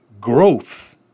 Growth